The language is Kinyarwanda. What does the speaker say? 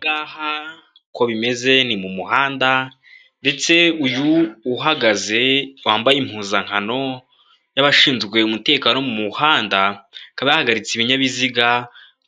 Aha ngaha uko bimeze ni mu muhanda ndetse uyu uhagaze wambaye impuzankano y'abashinzwe umutekano wo mu muhanda, akaba yahagaritse ibinyabiziga